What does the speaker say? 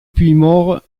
puymaure